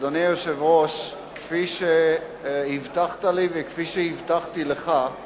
אדוני היושב-ראש, כפי שהבטחת לי וכפי שהבטחתי לך,